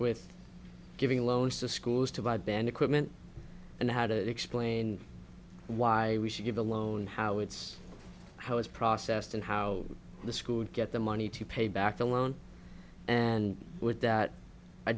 with giving loans to schools to buy band equipment and how to explain why we should give a loan how it's how it's processed and how the school would get the money to pay back the loan and with that i